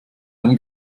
haben